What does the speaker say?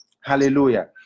Hallelujah